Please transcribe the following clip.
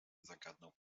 zagadnął